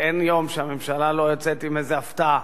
הרי אין יום שהממשלה לא יוצאת עם איזו הפתעה